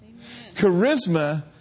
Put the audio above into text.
Charisma